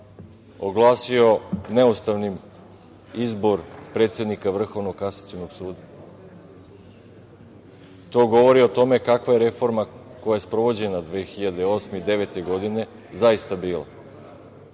oglasio neustavnim izbor predsednika Vrhovnog kasacionog suda. To govori o tome kakva je reforma koja je sprovođena 2008. i 2009. godine zaista bila.